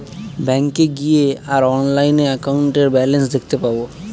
ব্যাঙ্কে গিয়ে আর অনলাইনে একাউন্টের ব্যালান্স দেখতে পাবো